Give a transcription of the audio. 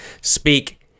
Speak